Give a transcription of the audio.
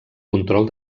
control